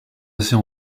assez